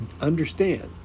Understand